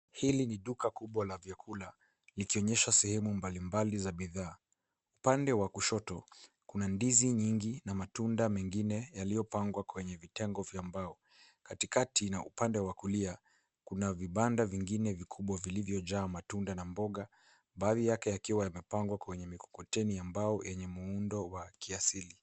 Hili ni duka kubwa la vyakula likionyesha sehemu mbalimbali za bidhaa, upande wa kushoto kuna ndizi nyingi na matunda mengine yaliyopangwa kwenye vitengo vya mbao ,katikati na upande wa kulia kuna vibanda vingine vikubwa vilivyojaa matunda na mboga baadhi yake yakiwa yamepangwa kwenye mikokoteni ambao yenye muundo wa kiasili.